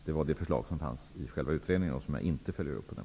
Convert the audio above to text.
Det var ett förslag som fanns med i utredningen och som jag inte har följt upp.